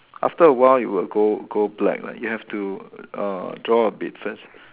after a while it will go go black lah you have to uh draw a bit first